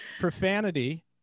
profanity